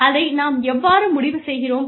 அதை நாம் எவ்வாறு முடிவு செய்கிறோம்